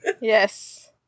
Yes